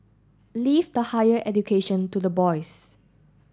leave the higher education to the boys